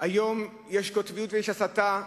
היום יש קוטביות ויש הסתה,